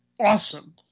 awesome